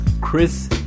Chris